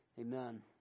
Amen